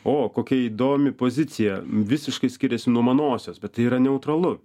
o kokia įdomi pozicija visiškai skiriasi nuo manosios bet tai yra neutralu